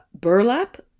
burlap